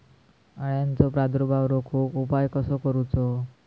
अळ्यांचो प्रादुर्भाव रोखुक उपाय कसो करूचो?